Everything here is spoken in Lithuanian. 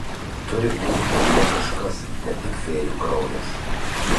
turi būti tavyje kažkas ne tik fėjų kraujas